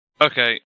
Okay